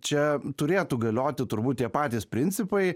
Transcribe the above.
čia turėtų galioti turbūt tie patys principai